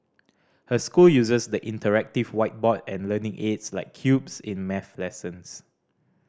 her school uses the interactive whiteboard and learning aids like cubes in math lessons